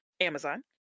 Amazon